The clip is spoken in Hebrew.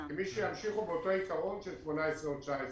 כמי שימשיכו באותות עיקרון של 18' או 19',